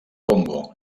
congo